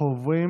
אנחנו עוברים